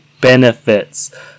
benefits